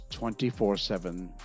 24-7